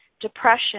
Depression